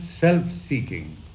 self-seeking